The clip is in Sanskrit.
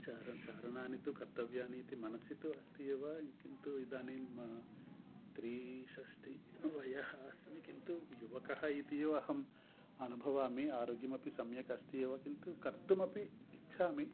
चार चारणानि तु कर्तव्यानीति मनसि तु अस्ति एव किन्तु इदानीं त्रिषष्टिः वयः अस्मि किन्तु युवकः इति एव अहं अनुभवामि अरोग्यमपि सम्यगस्ति एव किन्तु कर्तुमपि इच्छामि